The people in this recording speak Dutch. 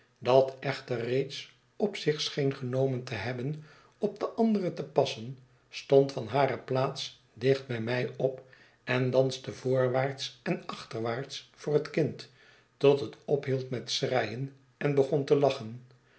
dat echter reeds op zich scheen genomen te hebben op de andere te passen stond van hare plaats dicht bij mij op en danste voorwaarts en achterwaarts voor het kind tot het ophield met schreien en begon te lachen